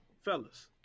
Fellas